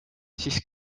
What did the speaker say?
siis